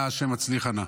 אנא ה' הצליחה נא".